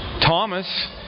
Thomas